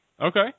Okay